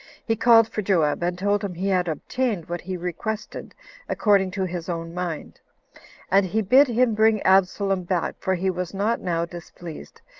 he called for joab, and told him he had obtained what he requested according to his own mind and he bid him bring absalom back, for he was not now displeased,